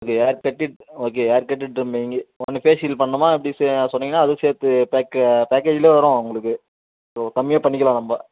உங்களுக்கு haircut okay haircut trimming ஒன்று facial பண்ணணுமா எப்படி சே சொன்னீங்கன்னா அதுவும் சேர்த்து பேக்கு பேக்கேஜ்லேயே வரும் உங்களுக்கு ஸோ கம்மியாக பண்ணிக்கலாம் நம்ம